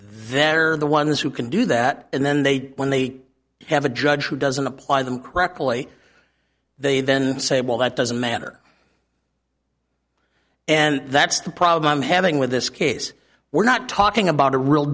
they're the ones who can do that and then they when they have a judge who doesn't apply them correctly they then say well that doesn't matter and that's the problem i'm having with this case we're not talking about a real